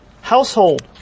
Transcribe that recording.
household